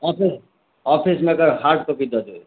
office ऑफिसमे एकर hard copy दऽ देबै